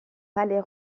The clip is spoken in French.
palais